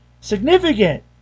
Significant